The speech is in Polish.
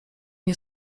nie